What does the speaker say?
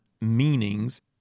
meanings